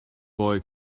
boy